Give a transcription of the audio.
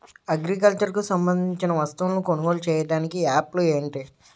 Agriculture కు సంబందించిన వస్తువులను కొనుగోలు చేయటానికి యాప్లు ఏంటి?